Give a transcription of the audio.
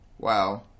Wow